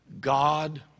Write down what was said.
God